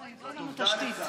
תשתית.